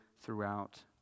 throughout